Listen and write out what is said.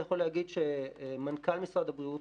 אני יכול להגיד שמנכ"ל משרד הבריאות,